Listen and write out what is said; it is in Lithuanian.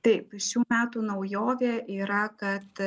taip šių metų naujovė yra kad